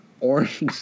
orange